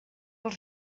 als